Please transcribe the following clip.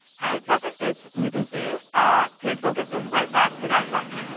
i press escape. and you can see, ah page focus goes right back to that button,